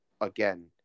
again